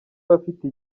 abafite